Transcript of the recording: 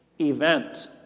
event